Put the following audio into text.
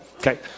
Okay